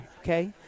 okay